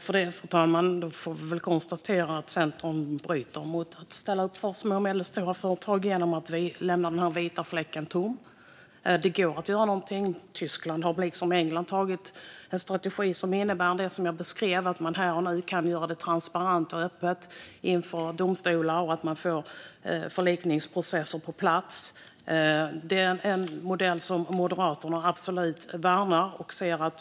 Fru talman! Då får vi väl konstatera att Centern bryter mot att ställa upp för små och medelstora företag genom att lämna den vita fläcken tom. Det går att göra någonting. Tyskland har liksom England antagit en strategi som innebär det jag har beskrivit, nämligen att man här och nu kan göra arbetet transparent och öppet inför domstolar och får förlikningsprocesser på plats. Det är en modell som Moderaterna absolut värnar.